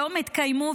היום התקיימו,